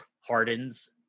Harden's